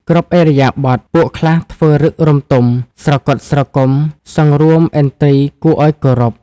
គ្រប់ឥរិយាបថ ពួកខ្លះធ្វើឫករម្យទម ស្រគត់ស្រគំ សង្រួមឥន្ទ្រីយ៍គួរឲ្យគោរព ។